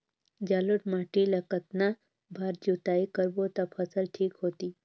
जलोढ़ माटी ला कतना बार जुताई करबो ता फसल ठीक होती?